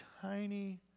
tiny